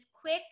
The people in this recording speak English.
quick